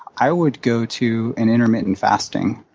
i would go to an intermittent fasting